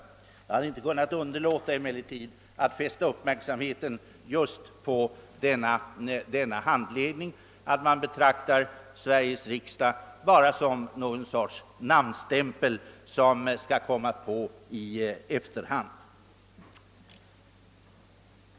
Jag har emellertid inte kunnat underlåta att fästa uppmärksamheten på denna handläggning, som innebär, att man betraktar Sveriges riksdag bara som någon sorts namnstämpel, som skall komma på i efterhand.